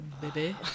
baby